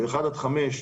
אקונומי 1 עד 5,